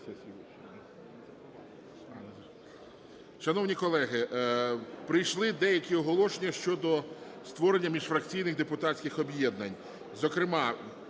Шановні колеги, прийшли деякі оголошення щодо створення міжфракційних депутатських об'єднань, зокрема